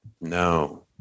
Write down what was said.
no